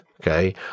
Okay